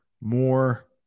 More